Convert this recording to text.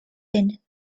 than